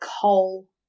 coal